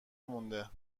مونده